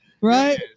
Right